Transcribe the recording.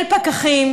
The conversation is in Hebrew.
של פקחים,